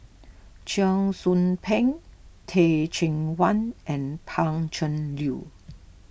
Cheong Soo Pieng Teh Cheang Wan and Pan Cheng Lui